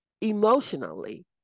emotionally